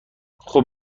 خوب